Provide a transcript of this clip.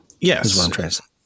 Yes